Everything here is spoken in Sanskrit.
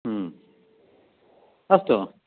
अस्तु